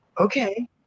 okay